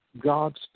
God's